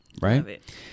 right